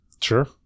Sure